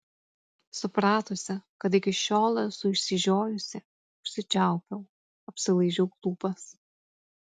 supratusi kad iki šiol esu išsižiojusi užsičiaupiau apsilaižiau lūpas